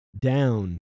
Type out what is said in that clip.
down